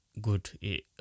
good